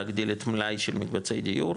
להגדיל את המלאי של מקבצי הדיור,